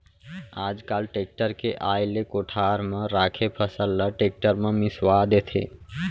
आज काल टेक्टर के आए ले कोठार म राखे फसल ल टेक्टर म मिंसवा देथे